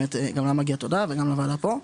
גם לה מגיעה תודה וגם לוועדה פה.